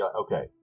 okay